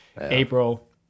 April